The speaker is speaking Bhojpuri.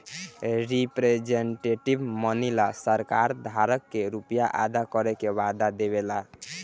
रिप्रेजेंटेटिव मनी ला सरकार धारक के रुपिया अदा करे के वादा देवे ला